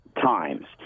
times